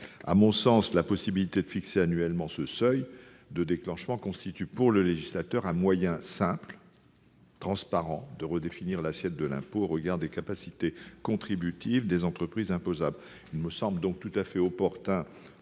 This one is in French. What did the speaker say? À mon sens, la possibilité de fixer annuellement ce seuil de déclenchement constitue, pour le législateur, un moyen simple et transparent de redéfinir l'assiette de l'impôt au regard des capacités contributives des entreprises imposables. Il me semble tout à fait opportun